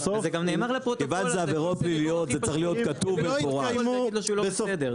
זה גם נאמר לפרוטוקול --- להגיד לו שהוא לא בסדר.